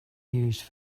used